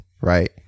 right